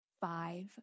five